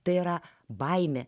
tai yra baimė